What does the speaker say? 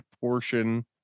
portion